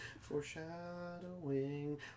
foreshadowing